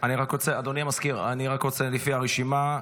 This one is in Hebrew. אדוני המזכיר, אני רק רוצה, לפי הרשימה.